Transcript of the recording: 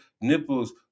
nipples